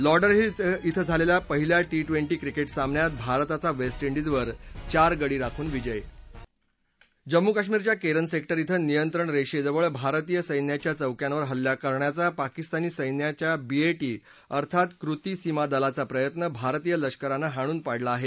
Lauderhill इथं झालेल्या पहिल्या टी ट्वेंटी क्रिकेट सामन्यात भारताचा वेस्ट इंडिजवर चार गडी राखून विजय जम्मू काश्मीरच्या केरन सेक्टर धिं नियंत्रणरेषेजवळ भारतीय सैन्याच्या चौक्यांवर हल्ला करण्याचा पाकिस्तानी सैन्याच्या बी ए टी अर्थात कृती सीमा दलाचा प्रयत्न भारतीय लष्करानं हाणून पाडला आहे